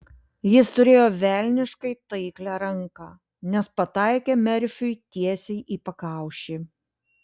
jis turėjo velniškai taiklią ranką nes pataikė merfiui tiesiai į pakaušį